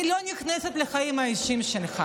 אני לא נכנסת לחיים האישיים שלך.